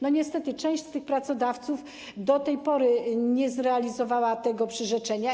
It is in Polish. Niestety część z tych pracodawców do tej pory nie zrealizowała tego przyrzeczenia.